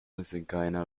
desencadena